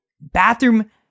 Bathroom